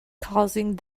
causing